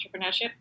entrepreneurship